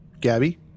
Gabby